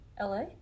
LA